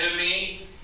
enemy